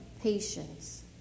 patience